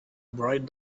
bright